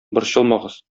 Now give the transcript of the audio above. борчылмагыз